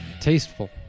Tasteful